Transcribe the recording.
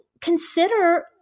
consider